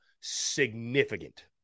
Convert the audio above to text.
significant